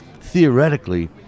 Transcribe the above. theoretically